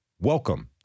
welcome